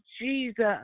Jesus